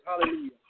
Hallelujah